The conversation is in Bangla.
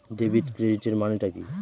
ডেবিট ক্রেডিটের মানে টা কি?